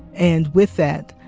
and with that,